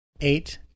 eight